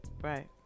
right